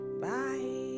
Bye